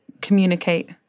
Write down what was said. communicate